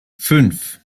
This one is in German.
fünf